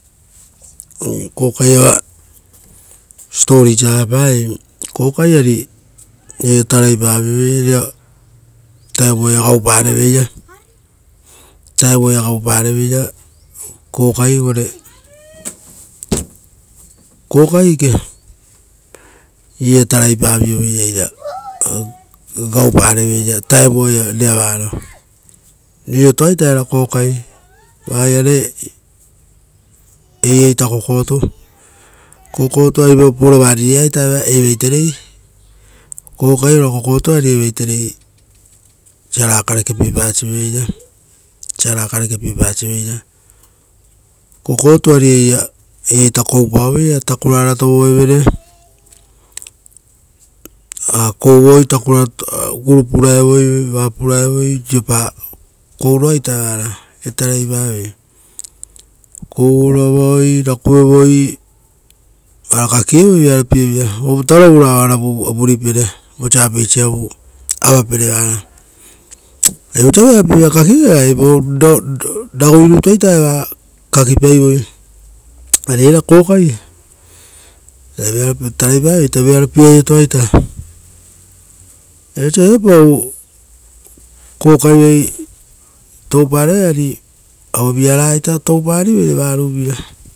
Oire kokai iava story siposipo siaa aue parai kokai ari, rera ia tarai pavio veira ira time vuta ia gaupa reveira vutai gaupa reveira kokai uvare kokai eke iraia tarai paa vioveira ira gaupa reveira vuuta ia rera vaaro. Riro toa ita eera kokai, oa iare, eiraita kokotuu. Kokotuu ari vo vatua rei aita evai terei, kokai ora kokotu ari evai terei siaraa karekepie paasiveira. Saraa karekepie pa siveira. Saraa karekepie pa siveira. Kokotuu ari eira, eiraita koupaoveira ita, takura-ara tovuevere kouu oi, takura guru puraevoi, vapuraevoi, riropa kouroa ita evara, tarai paaviei. Kouu oro avaoii raku evoi, varaa kakievoi vearo pie vira. Ovuuta rovu ra oaravu vuri pere, vosa apeisavu ava pere vaara. Ari vosa vearopie vira kokivere, ari vo ragui rutua evaa kakipai voi. Ari eraa kokai, tarai paviei vearopie aio toaita ari vosa viapau kokai vai touparivere, ari aue vira raga toupa rivere vaaru vira.